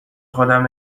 خودم